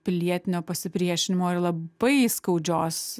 pilietinio pasipriešinimo ir labai skaudžios